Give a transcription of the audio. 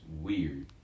weird